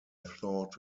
thought